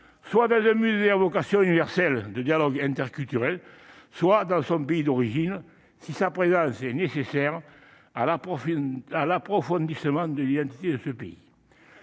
soit dans un musée à vocation universelle de dialogue interculturel, soit dans son pays d'origine si sa présence est nécessaire à l'approfondissement de l'identité de ce pays.